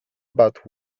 about